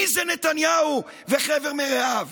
מי זה נתניהו וחבר מרעיו?